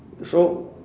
so